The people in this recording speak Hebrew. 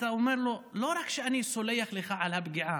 אתה אומר לו: לא רק שאני סולח לך על הפגיעה,